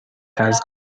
has